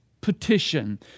Petition